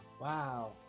Wow